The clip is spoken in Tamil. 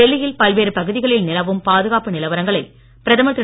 டெல்லியில் பல்வேறு பகுதிகளில் நிலவும் பாதுகாப்பு நிலவரங்களை பிரதமர் திரு